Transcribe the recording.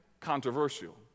controversial